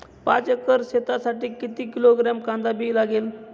पाच एकर शेतासाठी किती किलोग्रॅम कांदा बी लागेल?